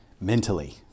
mentally